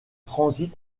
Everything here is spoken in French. transit